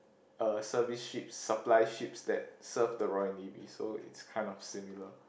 uh service ships supply ships that serve the Royal Navy so it's kind of similar